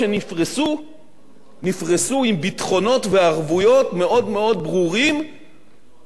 נפרסו עם ביטחונות וערבויות מאוד ברורים כדי לאפשר לערוץ לנשום,